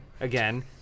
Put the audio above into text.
again